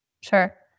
Sure